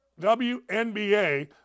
WNBA